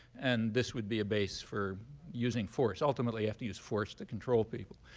and this would be a basis for using force. ultimately, you have to use force to control people.